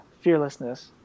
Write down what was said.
fearlessness